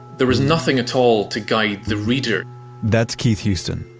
there was nothing at all to guide the reader that's keith houston,